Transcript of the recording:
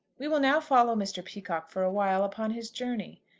we will now follow mr. peacocke for a while upon his journey.